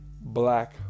black